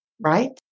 right